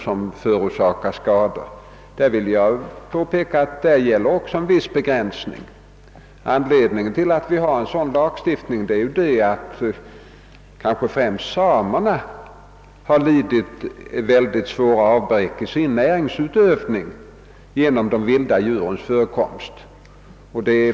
Jag vill påpeka att därvidlag gäller en viss begränsning i fråga om ersättningen. Anledningen till att vi har en lagstiftning i det fallet är kanske främst att samerna lidit väldigt svåra avbräck i sin näringsutövning genom de skador som vållats av vilda djur.